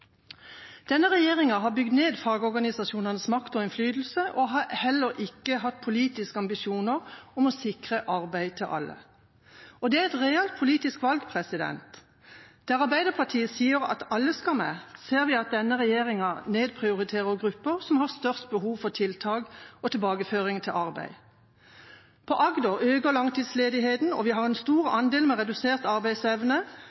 Denne regjeringa har bygd ned fagorganisasjonenes makt og innflytelse og har heller ikke hatt politiske ambisjoner om å sikre arbeid til alle. Det er et reelt politisk valg. Der Arbeiderpartiet sier at alle skal med, ser vi at denne regjeringa nedprioriterer de grupper som har størst behov for tiltak og tilbakeføring til arbeid. I Agder øker langtidsledigheten, vi har en stor